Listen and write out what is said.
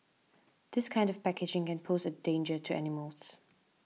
this kind of packaging can pose a danger to animals